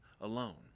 alone